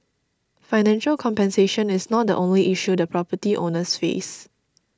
financial compensation is not the only issue the property owners face